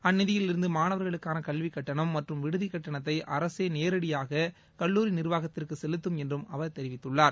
அந்நிதியிலிருந்து மானவர்களுக்கான கல்விக்கட்டனம் மற்றும் விடுதிக்கட்டனத்தை அரசே நேரடியாக கல்லூரி நிர்வாகத்திற்கு செலுத்தும் என்றும் அவர் தெரிவித்துள்ளார்